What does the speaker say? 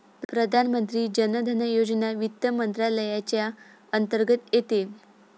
प्रधानमंत्री जन धन योजना वित्त मंत्रालयाच्या अंतर्गत येते